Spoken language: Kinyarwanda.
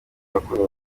abakunda